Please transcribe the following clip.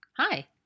Hi